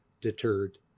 deterred